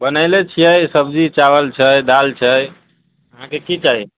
बनयले छियै सब्जी चावल छै दालि छै अहाँकेँ की चाही